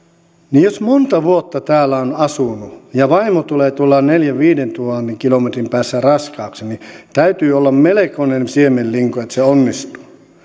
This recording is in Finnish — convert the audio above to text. jos monta vuotta täällä on asunut ja vaimo tulee tuolla neljäntuhannen viiva viidentuhannen kilometrin päässä raskaaksi niin täytyy olla melkoinen siemenlinko että se onnistuu